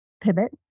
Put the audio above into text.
pivot